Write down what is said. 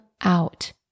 out